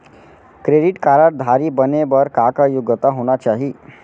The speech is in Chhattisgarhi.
क्रेडिट कारड धारी बने बर का का योग्यता होना चाही?